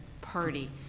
party